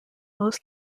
most